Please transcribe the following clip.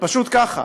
פשוט ככה.